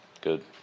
good